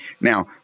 Now